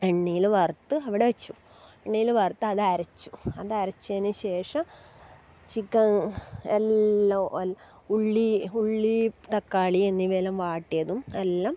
എണ്ണയിൽ വറുത്ത് അവിടെ വച്ചു എണ്ണയിൽ വറുത്തത് അരച്ചു അത് അരച്ചതിന് ശേഷം ചിക്കൻ എല്ലാം ഉള്ളി ഉള്ളി തക്കാളി എന്നിവയെല്ലാം വാട്ടിയതും എല്ലാം